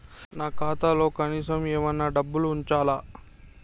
నా ఖాతాలో కనీసం ఏమన్నా డబ్బులు ఉంచాలా?